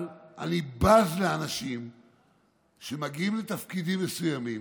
אבל אני בז לאנשים שמגיעים לתפקידים מסוימים,